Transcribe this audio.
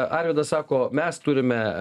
arvydas sako mes turime